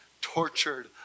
tortured